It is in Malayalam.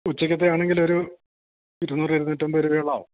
ഉച്ചയ്ക്കത്തേത് ആണെങ്കിലൊരു ഇരുന്നൂറ് ഇരുന്നൂറ്റമ്പത് രൂപയോളമാവും